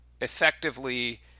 effectively